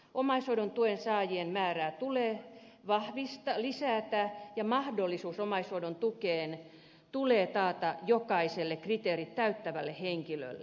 omaishoidon tuen saajien määrää tulee lisätä ja mahdollisuus omaishoidon tukeen tulee taata jokaiselle kriteerit täyttävälle henkilölle